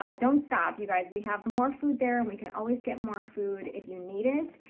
ah don't stop, you guys, we have more food there, and we can always get more food if you need it.